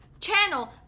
Channel